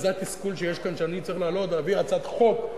זה התסכול שיש כאן שאני צריך להביא הצעת חוק.